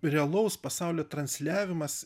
realaus pasaulio transliavimas